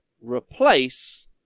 Replace